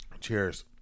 Cheers